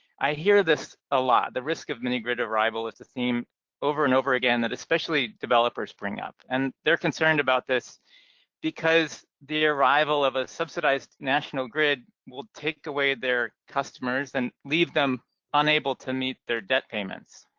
i hear this a lot. the risk of mini-grid arrival is a theme over and over again that especially developers bring up, and they're concerned about this because the arrival of a subsidized national grid will take away their customers and leave them unable to meet their debt payments.